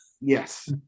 Yes